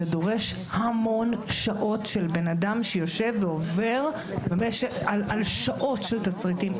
זה דורש המון שעות של בן-אדם שיושב ועובר על שעות של תסריטים.